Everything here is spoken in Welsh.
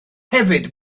hefyd